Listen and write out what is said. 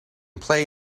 play